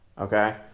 okay